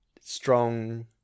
strong